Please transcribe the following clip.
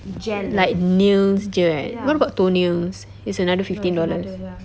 gel like nails jer eh what about toenails it's another fifteen dollars